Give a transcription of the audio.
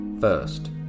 First